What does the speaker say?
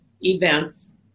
events